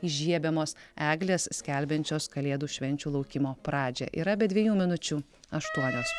įžiebiamos eglės skelbiančios kalėdų švenčių laukimo pradžią yra be dviejų minučių aštuonios